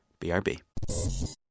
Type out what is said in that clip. BRB